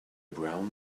brown